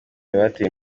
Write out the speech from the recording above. bateye